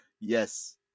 Yes